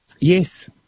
Yes